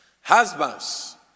Husbands